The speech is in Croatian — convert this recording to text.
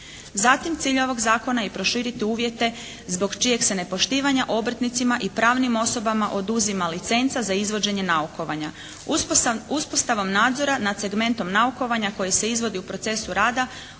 Zatim, cilj ovog zakona je proširiti uvjete zbog čijeg se nepoštivanja obrtnicima i pravnim osobama oduzima licenca za izvođenje naukovanja. Uspostavom nadzora nad segmentom naukovanja koje se izvodi u procesu rada